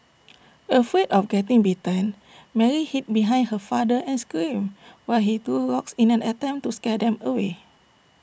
afraid of getting bitten Mary hid behind her father and screamed while he threw rocks in an attempt to scare them away